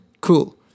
cool